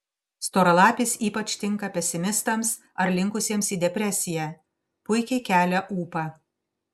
storalapis ypač tinka pesimistams ar linkusiems į depresiją puikiai kelia ūpą